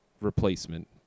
replacement